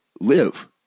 live